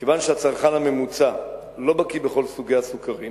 כיוון שהצרכן הממוצע לא בקי בכל סוגי הסוכרים